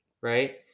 right